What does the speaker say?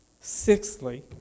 Sixthly